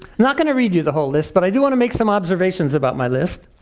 not gonna read you the whole list, but i do want to make some observations about my list.